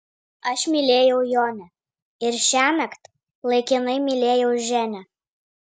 aš mylėjau jonę ir šiąnakt laikinai mylėjau ženią